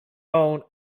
own